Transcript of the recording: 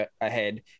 ahead